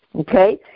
Okay